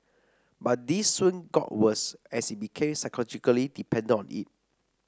but this soon got worse as he became psychologically dependent on it